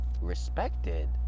respected